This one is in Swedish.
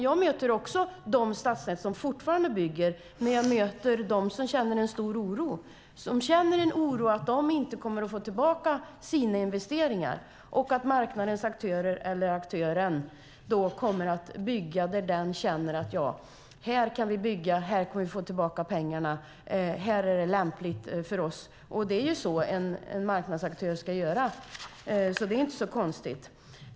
Jag möter också de stadsnät som fortfarande bygger, men jag möter även dem som känner en stor oro över att de inte kommer att få tillbaka sina investeringar, medan marknadens aktörer kommer att bygga där de känner att här kommer de att få tillbaka pengarna, så här är det lämpligt för dem. Och så ska en marknadsaktör göra. Det är inte så konstigt.